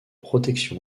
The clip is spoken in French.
protection